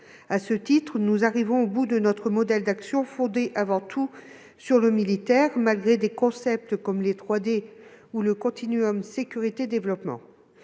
au Sahel. Nous arrivons au bout de notre modèle d'action fondé avant tout sur le militaire, malgré des concepts comme les « 3D » ou le continuum sécurité-développement.